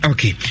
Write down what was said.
Okay